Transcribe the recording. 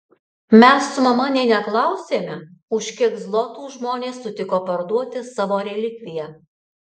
mes su mama nė neklausėme už kiek zlotų žmonės sutiko parduoti savo relikviją